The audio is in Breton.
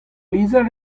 lizher